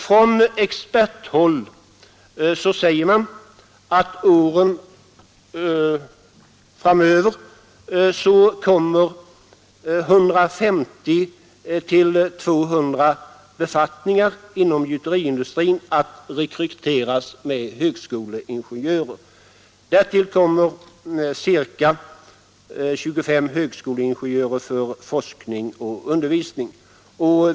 Från exporthåll säger man, att under åren framöver kommer 150—200 befattningar inom gjuteriindustrin att rekryteras med högskoleingenjörer. Därtill kommer ca 25 högskoleingenjörer för forskning och undervisning.